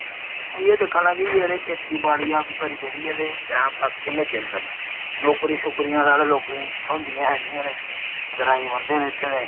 इयै दिक्खा ना कि यार एह् खेती बाड़ी अस करी करियै ते टैम पास किन्ने चिर करनी नौकरी शोकरियां साढ़े लोकें ई थ्होंदियां है नि हैन ग्राईं बंदे न इत्थै दे